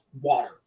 water